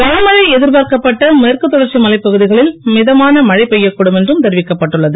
கனமழை எதிர்பார்க்கப்பட்ட மேற்கு தொடர்ச்சி மலைப்பகுதிகளில் மிதமான மழை பெய்யக்கூடும் என்றும் தெரிவிக்கப்பட்டு உள்ளது